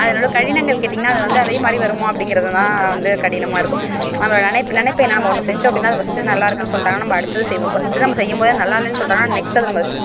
அதில் உள்ள கடினங்கள் கேட்டிங்கனா அதில் வந்து அதே மாதிரி வருமா அப்படிங்கறதுதா வந்து கடினமாக இருக்கும் நம்ம நினப்பேன் நாம் ஒன்று செஞ்சோம் அப்படினா அது ஃபஸ்ட்டு நல்லாயிருக்குனு சொல்லிட்டாங்கனா நம்ம அடுத்தது செய்வோம் ஃபஸ்ட்டு நம்ம செய்யும்போதே நல்லால்லைனு சொல்லிட்டாங்கனா நெக்ஸ்ட் அதை நம்ம